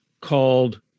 called